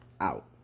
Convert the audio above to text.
out